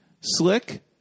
slick